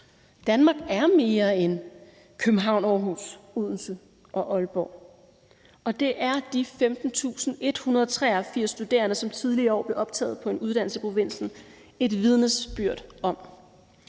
Danmark er mere end København, Aarhus, Odense og Aalborg, og det er de 15.183 studerende, som tidligere i år blev optaget på en uddannelse i provinsen, også et vidnesbyrd om.